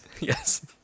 yes